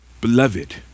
Beloved